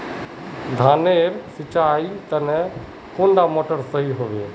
धानेर नेर सिंचाईर तने कुंडा मोटर सही होबे?